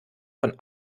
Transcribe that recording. von